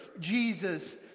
Jesus